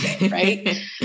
Right